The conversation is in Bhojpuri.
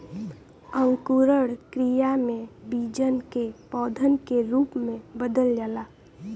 अंकुरण क्रिया में बीजन के पौधन के रूप में बदल जाला